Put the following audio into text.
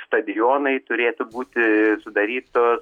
stadionai turėtų būti sudarytos